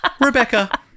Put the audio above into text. Rebecca